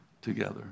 together